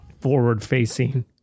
forward-facing